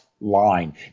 line